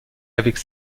avec